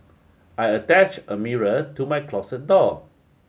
I attach a mirror to my closet door